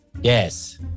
Yes